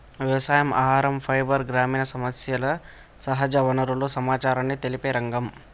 వ్యవసాయం, ఆహరం, ఫైబర్, గ్రామీణ సమస్యలు, సహజ వనరుల సమచారాన్ని తెలిపే రంగం